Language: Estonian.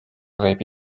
võib